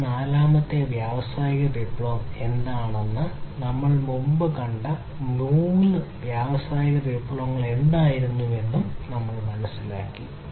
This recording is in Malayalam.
ഈ നാലാമത്തെ വ്യാവസായിക വിപ്ലവം എന്താണ് നമ്മൾ മുമ്പ് കണ്ട മൂന്ന് വ്യാവസായിക വിപ്ലവങ്ങൾ എന്തായിരുന്നുവെന്ന് നമ്മൾമനസ്സിലാക്കി